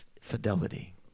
fidelity